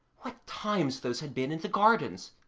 what times those had been in the gardens!